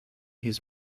his